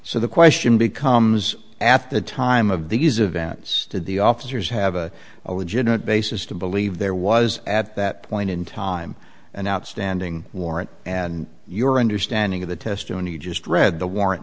so the question becomes after the time of these events did the officers have a legitimate basis to believe there was at that point in time an outstanding warrant and your understanding of the testimony you just read the warr